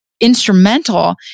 instrumental